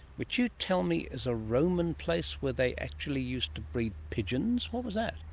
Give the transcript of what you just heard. which you tell me is a roman place where they actually used to breed pigeons. what was that?